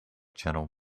gentle